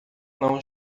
não